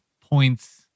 points